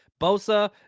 Bosa